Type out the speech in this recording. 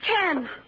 Ken